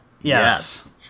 Yes